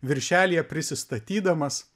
viršelyje prisistatydamas